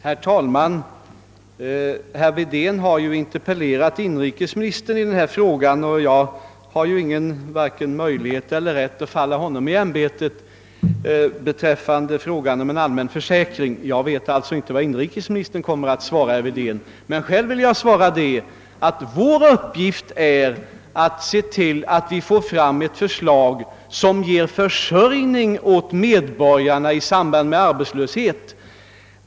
Herr talman! Herr Wedén har interpellerat inrikesministern beträffande frågan om en allmän arbetslöshetsförsäkring, och jag tänker inte falla honom i ämbetet. Jag vet inte vad inrikesministern kommer att svara herr Wedén. | Den kommitté, som jag tillhör, har till uppgift att försöka få fram ett förslag som ger försörjning åt medborgarna i samband med arbetslöshet.